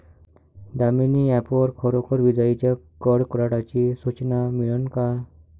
Damini app वर खरोखर विजाइच्या कडकडाटाची सूचना मिळन का?